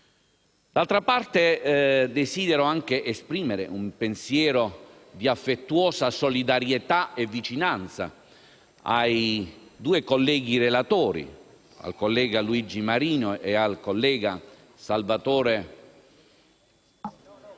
D'altra parte, desidero anche esprimere un pensiero di affettuosa solidarietà e di vicinanza ai due colleghi relatori, il senatore Luigi Marino ed il senatore Salvatore